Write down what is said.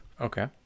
Okay